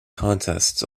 contests